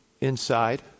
inside